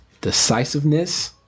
decisiveness